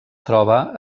troba